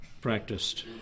practiced